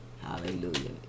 hallelujah